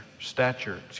stature